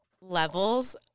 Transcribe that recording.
levels